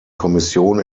kommission